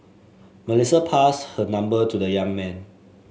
Melissa passed her number to the young man